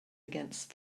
against